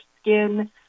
skin